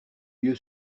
lieu